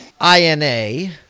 I-N-A